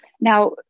now